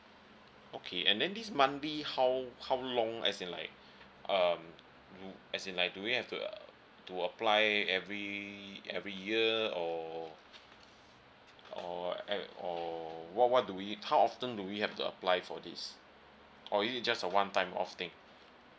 okay and then this monthly how how long as in like um do as in like do we have to uh to apply every every year or or e~ or what what do we how often do we have to apply for this or is it just a one time off thing